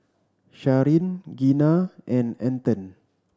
Sharyn Gina and Anton